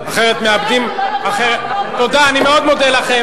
אחרת הוא לא יוכל לעקוב.